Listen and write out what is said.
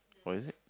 oh is it